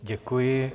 Děkuji.